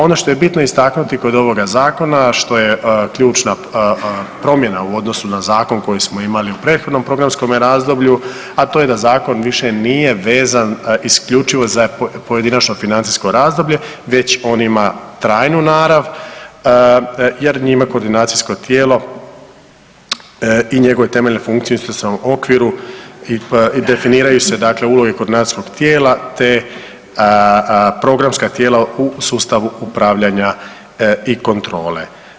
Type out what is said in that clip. Ono što je bitno istaknuti kod ovoga Zakona a što je ključna promjena u odnosu na zakon koji smo imali u prethodnom programskome razdoblju, a to je da zakon više nije vezan isključivo za pojedinačno financijsko razdoblje već on ima trajnu narav jer njime koordinacijsko tijelo i njegove temeljne funkcije u institucionalnom okviru i definiraju se dakle uloge koordinacijskog tijela te programska tijela u sustavu upravljanja i kontrole.